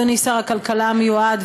אדוני שר הכלכלה המיועד,